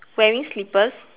wearing slippers